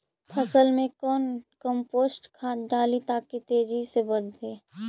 फसल मे कौन कम्पोस्ट खाद डाली ताकि तेजी से बदे?